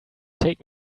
take